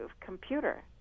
computer